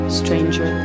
stranger